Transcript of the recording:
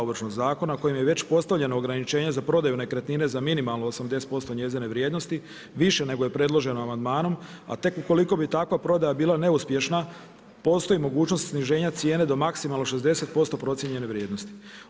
Ovršnog zakona kojim je već postavljeno ograničenje za prodaju nekretnine za minimalno 80% njezine vrijednosti, više nego je predloženo amandmanom, a tek ukoliko bi takva prodaja bila neuspješna, postoji mogućnost sniženja cijena do maksimalno 60% procijenjene vrijednosti.